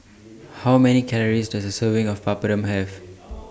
How Many Calories Does A Serving of Papadum Have